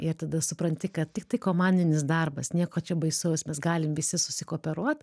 ir tada supranti kad tiktai komandinis darbas nieko čia baisaus mes galim visi susikooperuot